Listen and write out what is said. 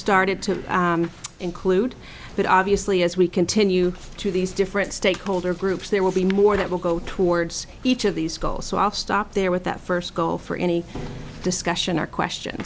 started to include but obviously as we continue to these different stakeholder groups there will be more that will go towards each of these goals so i'll stop there with that first goal for any discussion or question